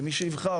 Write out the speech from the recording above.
למי שיבחר,